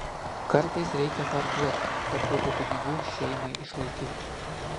kartais reikia parduoti kad būtų pinigų šeimai išlaikyti